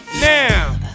Now